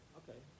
okay